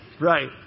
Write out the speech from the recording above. Right